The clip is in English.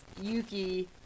Yuki